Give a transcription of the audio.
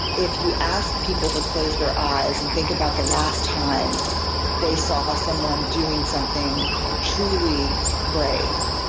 if you ask people to close their eyes and think about the last time they saw someone doing something truly brave,